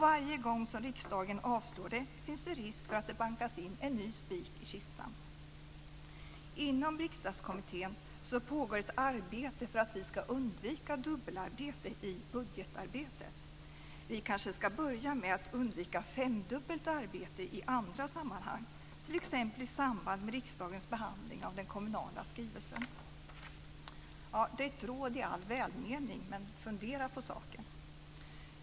Varje gång som riksdagen avslår det finns det risk för att det bankas in en ny spik i kistan. Inom Riksdagskommittén pågår ett arbete för att vi ska undvika dubbelarbete i budgetarbetet. Vi kanske ska börja med att undvika femdubbelt arbete i andra sammanhang, t.ex. i samband med riksdagens behandling av den kommunala skrivelsen. Det är ett råd i all välmening - fundera på saken!